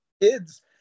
kids